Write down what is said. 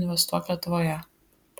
investuok lietuvoje